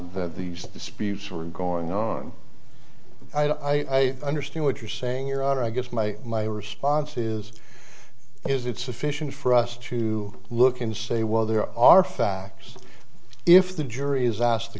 were going on i i understand what you're saying your honor i guess my my response is is it sufficient for us to look and say well there are facts if the jury is asked